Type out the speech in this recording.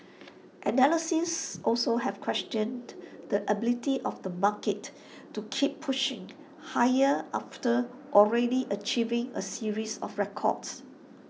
analysts also have questioned the ability of the market to keep pushing higher after already achieving A series of records